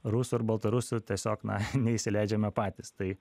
rusų ar baltarusių tiesiog na neįsileidžiame patys tai